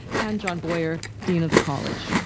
and john boyer, dean of the college.